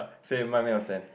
same mine made of sand